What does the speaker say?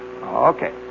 Okay